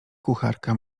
kucharka